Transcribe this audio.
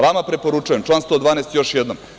Vama preporučujem član 112. još jednom.